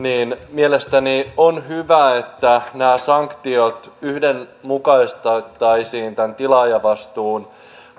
mielestäni on hyvä että nämä sanktiot yhdenmukaistettaisiin tämän tilaajavastuun